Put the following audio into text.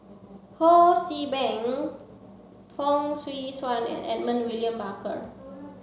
Ho See Beng Fong Swee Suan and Edmund William Barker